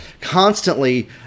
constantly